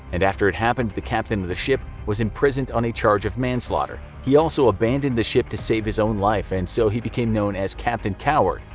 and after it happened the captain of the ship was imprisoned on a charge of manslaughter. he also abandoned ship to save his own life and so he became known as captain coward.